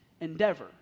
endeavor